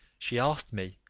she asked me,